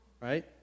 Right